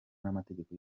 n’amategeko